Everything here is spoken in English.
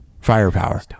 Firepower